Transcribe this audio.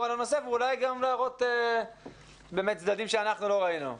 על הנושא ואולי גם להראות באמת צדדים שאנחנו לא ראינו.